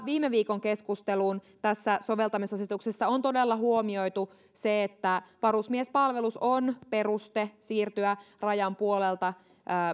viime viikon keskusteluun tässä soveltamisasetuksessa on todella huomioitu se että varusmiespalvelus on peruste siirtyä rajan puolelta